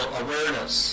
awareness